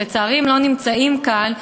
שלצערי לא נמצאים כאן,